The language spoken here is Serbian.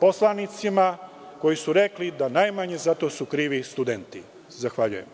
poslanicima koji su rekli da najmanje za to su krivi studenti. Zahvaljujem.